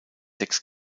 sechs